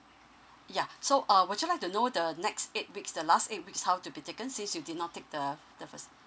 ya so err would you like to know the next eight weeks the last eight weeks how to be taken since you did not take the the first